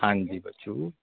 आं जी बच्चु